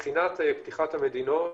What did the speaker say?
ראשית, מבחינת פתיחת המדינות